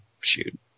shoot